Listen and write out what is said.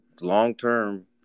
long-term